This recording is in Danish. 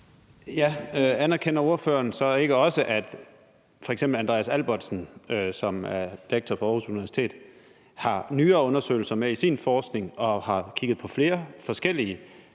(V): Anerkender ordføreren så ikke også, at f.eks. Andreas Albertsen, som er lektor på Aarhus Universitet, har nyere undersøgelser med i sin forskning og har kigget på flere forskellige